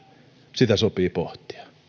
sitä sopii pohtia